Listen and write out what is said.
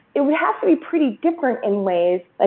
it would have to be pretty different in ways. ah